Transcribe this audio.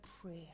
prayer